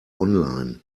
online